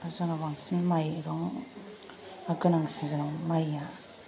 आरो जोंनाव बांसिन माइरंआ गोनांसिन माइआ